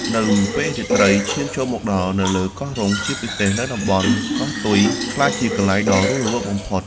នៅពេលរាត្រីឈានចូលមកដល់ នៅលើកោះរ៉ុង ជាពិសេសនៅតំបន់ កោះទុយ ក្លាយជាកន្លែងដ៏រស់រវើកបំផុត។